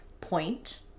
point